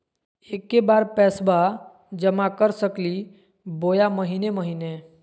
एके बार पैस्बा जमा कर सकली बोया महीने महीने?